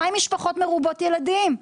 מה עם משפחות מרובות ילדים?